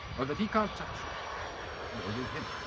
well that he can't touch you nor you him.